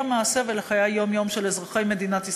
המעשה ולחיי היום-יום של אזרחי מדינת ישראל,